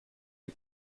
die